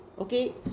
okay